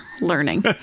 learning